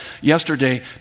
yesterday